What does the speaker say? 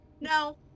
No